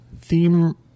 theme